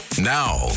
Now